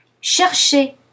Chercher